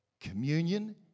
communion